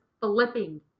flipping